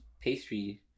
pastry